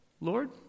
Lord